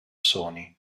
sony